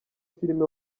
filime